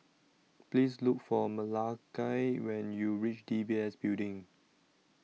Please Look For Malakai when YOU REACH D B S Building